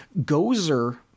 Gozer